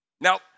Now